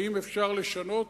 האם אפשר לשנות?